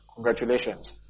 Congratulations